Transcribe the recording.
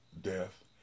death